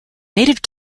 native